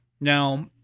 Now